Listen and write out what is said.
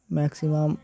maximum